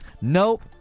Nope